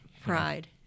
pride